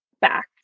back